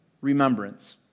remembrance